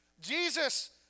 Jesus